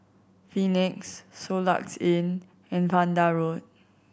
Phoenix Soluxe Inn and Vanda Road